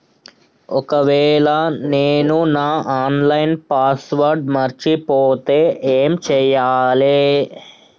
ఒకవేళ నేను నా ఆన్ లైన్ పాస్వర్డ్ మర్చిపోతే ఏం చేయాలే?